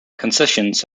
concessions